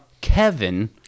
Kevin